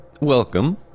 welcome